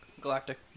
Galactic